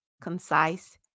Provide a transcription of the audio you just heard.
concise